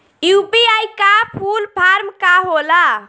UPI का full form का होला?